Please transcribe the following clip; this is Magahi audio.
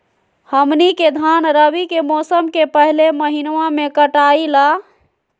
हमनी के धान रवि के मौसम के पहले महिनवा में कटाई ला